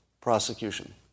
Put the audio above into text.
prosecution